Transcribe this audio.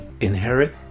inherit